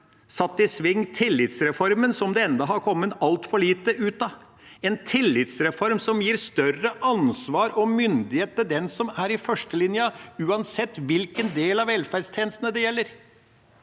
satt i sving tillitsreformen, som det ennå har kommet altfor lite ut av, en tillitsreform som gir større ansvar og myndighet til den som er i førstelinja, uansett hvilken del av velferdstjenestene det gjelder.